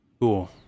cool